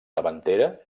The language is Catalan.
davantera